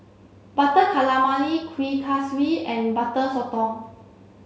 butter calamari Kuih Kaswi and Butter Sotong